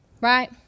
Right